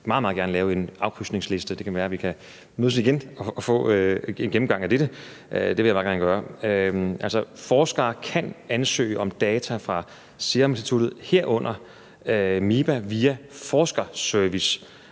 meget gerne krydse af på en liste. Det kan være, vi kan mødes igen og få en gennemgang af dette. Det vil jeg meget gerne gøre. Forskere kan ansøge om data fra Seruminstituttet, herunder MiBa, via Forskerservice,